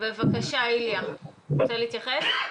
בבקשה, איליה, רוצה להתייחס?